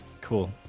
cool